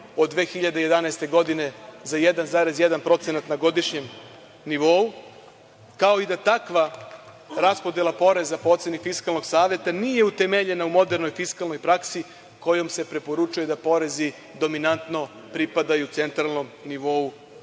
od 2011. godine za 1,1% na godišnjem nivou, kao i da takva raspodela poreza po oceni Fiskalnog saveta nije utemeljena u modernoj fiskalnoj praksi kojom se preporučuje da porezi dominantno pripadaju centralnom nivou vlasti,